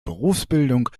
berufsbildung